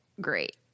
great